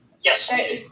Yes